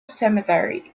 cemetery